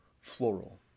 floral